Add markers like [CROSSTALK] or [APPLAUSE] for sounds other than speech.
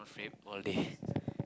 all day [BREATH]